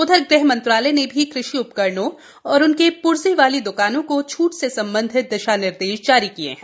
उधरग़ह मंत्रालय ने भी कृषि उपकरणों और उनके प्र्जे वाली द्वानों को छूट से संबंधित दिशानिर्देश जारी किये हैं